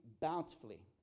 bountifully